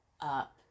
up